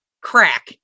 crack